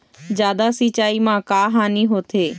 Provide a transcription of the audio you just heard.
जादा सिचाई म का हानी होथे?